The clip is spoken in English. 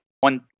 one-